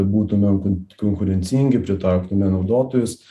būtume kon konkurencingi pritrauktume naudotojus